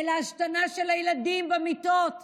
אל ההשתנה של הילדים במיטות,